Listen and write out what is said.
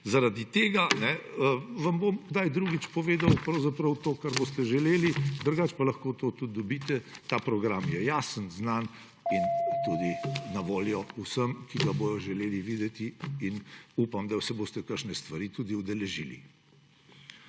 Zaradi tega vam bom kdaj drugič povedal pravzaprav to, kar boste želeli, drugače pa lahko to tudi dobite. Ta program je jasen, znan in tudi na voljo vsem, ki ga bodo želeli videti, in upam, da se boste kakšne stvari tudi udeležili.